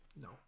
No